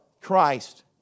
Christ